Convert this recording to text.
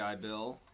Bill